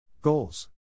Goals